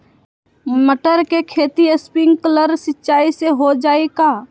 मटर के खेती स्प्रिंकलर सिंचाई से हो जाई का?